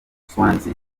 swansea